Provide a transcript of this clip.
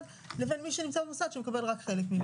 לבין מי שנמצא במוסד שמקבל רק חלק ממנו.